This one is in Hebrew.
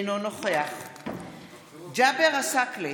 אינו נוכח ג'אבר עסאקלה,